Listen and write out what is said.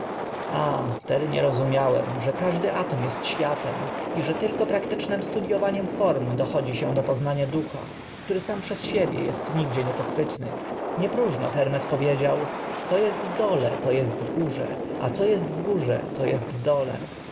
a wtedy nie rozumiałem że każdy atom est światem i że tylko praktycznym studiowaniem form dochodzi się do poznania ducha który sam przez siebie est nigdzie niepochwytny nie próżno hermes powiedział co est w dole to est w górze a co est w górze to est w dole